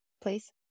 please